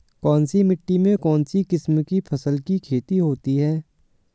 कौनसी मिट्टी में कौनसी किस्म की फसल की खेती होती है?